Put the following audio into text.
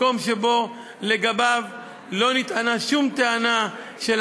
מקום שלגביו לא נטענה שום טענה של